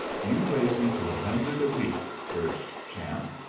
you raise me to a hundred a week, urged champ,